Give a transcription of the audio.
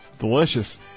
Delicious